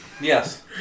Yes